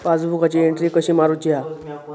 पासबुकाची एन्ट्री कशी मारुची हा?